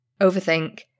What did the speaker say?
Overthink